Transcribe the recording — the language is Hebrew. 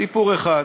סיפור אחד,